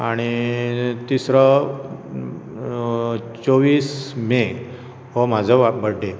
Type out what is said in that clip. आनी तिसरो चोवीस मे हो म्हजो बर्डे